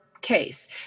Case